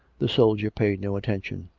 the soldier paid no attention.